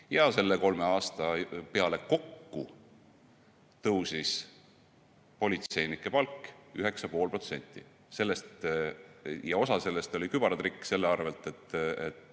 ja selle kolme aasta peale kokku tõusis politseinike palk 9,5%. Osa sellest oli kübaratrikk selle arvel, et